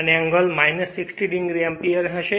અને angle 60 o ampere હશે